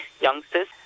youngster's